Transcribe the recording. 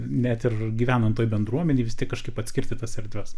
net ir gyvenant toj bendruomenėj vis tiek kažkaip atskirti tas erdves